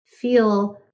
feel